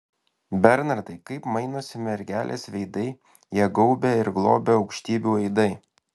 bernardai kaip mainosi mergelės veidai ją gaubia ir globia aukštybių aidai